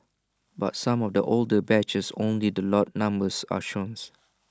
but some of the older batches only the lot numbers are showns